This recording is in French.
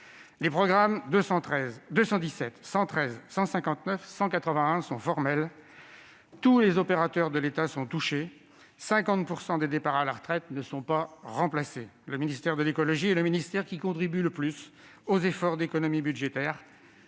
des programmes 217, 113, 159 et 181 est formelle : tous les opérateurs de l'État sont touchés ; 50 % des départs à la retraite ne sont pas remplacés. Le ministère de l'écologie est le ministère qui contribue le plus aux efforts d'économie budgétaire.